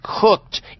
cooked